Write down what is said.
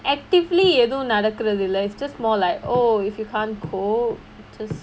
actively எதுவும் நடக்கறதில்ல:ethuvum nadakirathilla it's just more like oh if you can't cope